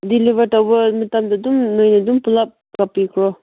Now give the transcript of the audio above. deliver ꯇꯧꯕ ꯃꯇꯝꯗ ꯑꯗꯨꯝ ꯅꯣꯏꯅ ꯑꯗꯨꯝ ꯄꯨꯂꯞ ꯂꯥꯛꯄꯤꯈ꯭ꯔꯣ